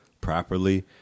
properly